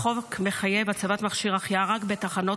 החוק מחייב הצבת מכשיר החייאה רק בתחנות